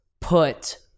put